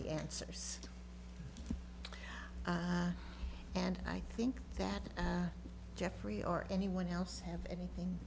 the answers and i think that jeffrey or anyone else have anything